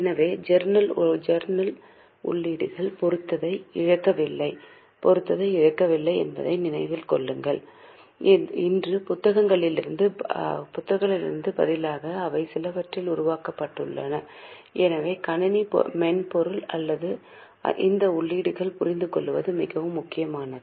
எனவே ஜர்னல் உள்ளீடுகள் பொருத்தத்தை இழக்கவில்லை என்பதை நினைவில் கொள்ளுங்கள் இன்று புத்தகத்திலிருந்து பதிலாக அவை சிலவற்றில் உருவாக்கப்பட்டுள்ளன எனவே கணினி மென்பொருள் ஆனால் இந்த உள்ளீடுகளைப் புரிந்துகொள்வது மிகவும் முக்கியமானது